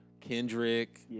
Kendrick